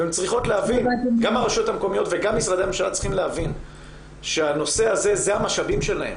גם הממשלה וגם הרשויות צריכות להבין שהנושא הזה הוא המשאבים שלהן